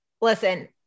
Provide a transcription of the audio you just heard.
Listen